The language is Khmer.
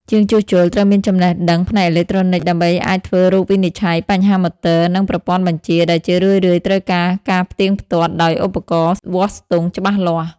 ជាងជួសជុលត្រូវមានចំណេះដឹងផ្នែកអេឡិចត្រូនិកដើម្បីអាចធ្វើរោគវិនិច្ឆ័យបញ្ហាម៉ូទ័រ និងប្រព័ន្ធបញ្ជា ដែលជារឿយៗត្រូវការការផ្ទៀងផ្ទាត់ដោយឧបករណ៍វាស់ស្ទង់ច្បាស់លាស់។